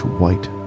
white